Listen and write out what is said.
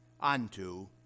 unto